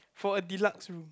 for a deluxe room